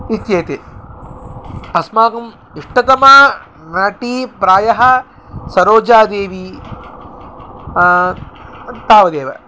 इत्येते अस्माकम् इष्टतमा नटी प्रायः सरोजादेवी तावदेव